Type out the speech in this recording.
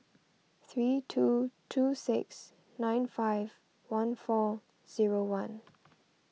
three two two six nine five one four zero one